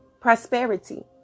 Prosperity